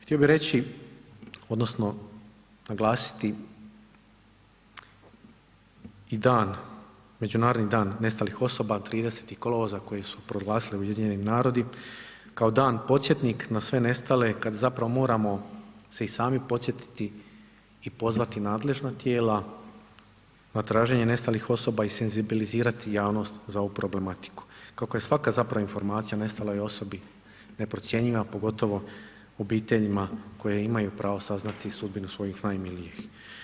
Htio bi reći odnosno naglasiti i dan, Međunarodni dan nestalih osoba 30. kolovoza koji su proglasili UN, kao dan podsjetnik na sve nestale kad zapravo moramo se i sami podsjetiti i pozvati nadležna tijela na traženje nestalih osoba i senzibilizirati javnost za ovu problematiku, kako je svaka zapravo informacija o nestaloj osobi neprocjenjiva pogotovo obiteljima koje imaju pravo saznati sudbinu svojih najmilijih.